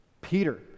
Peter